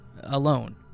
alone